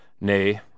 Nay